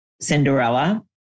Cinderella